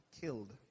killed